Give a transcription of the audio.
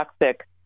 toxic